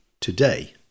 today